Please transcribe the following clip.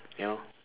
you know